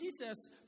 Jesus